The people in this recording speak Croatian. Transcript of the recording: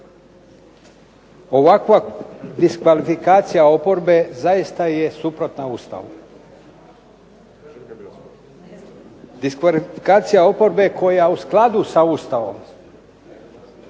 Ovakva diskvalifikacija oporbe zaista je suprotna Ustavu. Diskvalifikacija oporbe koja u skladu sa Ustavom